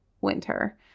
winter